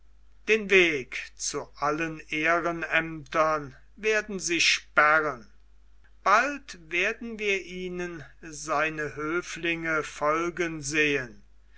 den weg zu allen ehrenämtern werden sie sperren bald werden wir ihnen seine höflinge folgen sehen